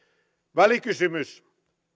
välikysymys